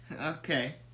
Okay